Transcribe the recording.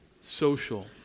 social